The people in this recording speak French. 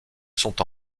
sont